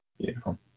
Beautiful